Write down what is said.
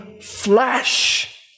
flesh